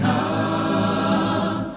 Come